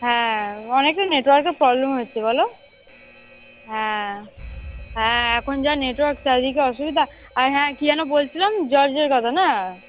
হ্যাঁ অনেকই নেটওয়ার্কের প্রবলেম হচ্ছে বলো হ্যাঁ হ্যাঁ এখন যা নেটওয়ার্ক চারিদিকে অসুবিধা আর হ্যাঁ কী যেন বলছিলাম জজের কথা না